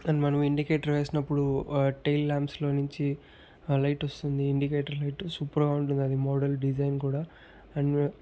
and మనం indicator వేసినప్పుడు tail lamps లో నుంచి లైట్ వస్తుంది ఇండికేటర్ లైట్ సూపర్ గా ఉంటుంది అది మోడల్ డిజైన్ కూడా అండ్